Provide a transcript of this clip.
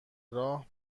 راه